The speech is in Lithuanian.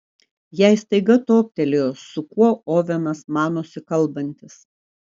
jai staiga toptelėjo su kuo ovenas manosi kalbantis